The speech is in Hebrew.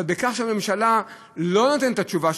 בכך שהממשלה לא נותנת את התשובה,